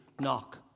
knock